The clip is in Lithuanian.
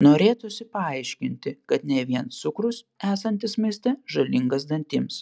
norėtųsi paaiškinti kad ne vien cukrus esantis maiste žalingas dantims